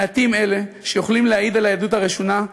מעטים אלה שיכולים להעיד את העדות הראשונה,